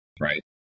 right